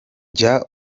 jya